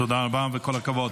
תודה רבה וכל הכבוד.